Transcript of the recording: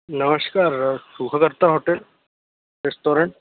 नमस्कार Sukhkarta hotel restaurant